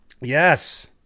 Yes